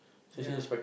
ya